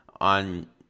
on